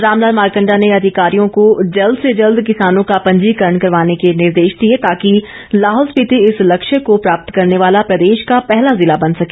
रामलाल मारकंडा ने अधिकारियों को जल्द से जल्द किसानों का पंजीकरण करवाने के निर्देश दिए ताकि लाहौल स्पीति इस लक्ष्य को प्राप्त करने वाला प्रदेश का पहला जिला बन सके